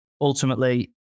ultimately